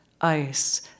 ice